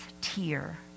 tear